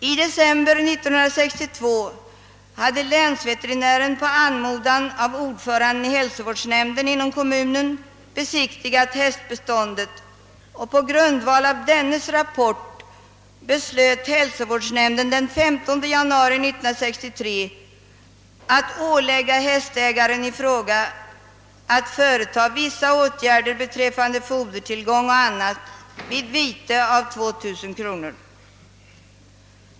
I december 1962 hade länsveterinären på anmodan av ordföranden i hälsovårdsnämnden inom kommunen besiktigat hästbeståndet, och på grundval av hans rapport beslöt hälsovårdsnämnden den 135 januari 1963 att ålägga hästägaren i fråga att vidtaga vissa åtgärder beträffande fodertillgång och annat vid vite av 2 000 kronor.